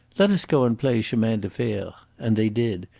let us go and play chemin-de-fer and they did,